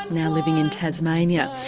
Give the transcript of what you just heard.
now living in tasmania.